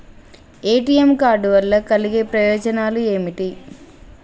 ATM card వల్ల కలిగే ప్రయోజనాలు ఏమిటి?